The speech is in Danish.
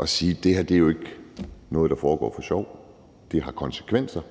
at sige, at det her jo ikke er noget, der foregår for sjov. Det har konsekvenser,